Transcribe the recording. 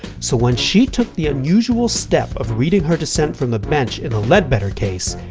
so when she took the unusual step of reading her dissent from the bench in the ledbetter case,